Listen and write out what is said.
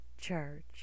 church